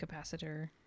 capacitor